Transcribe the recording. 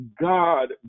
God